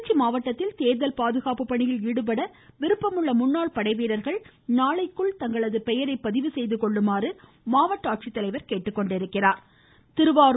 திருச்சி மாவட்டத்தில் தேர்தல் பாதுகாப்பு பணியில் ஈடுபட விருப்பமுள்ள முன்னாள் படைவீரர்கள் நாளைக்குள் தங்களது பெயரை பதிவு செய்து கொள்றுமாறும் அவர் கேட்டுக்கொண்டுள்ளார்